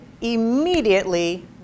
immediately